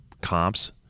comps